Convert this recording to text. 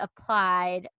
applied